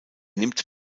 nimmt